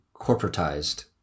corporatized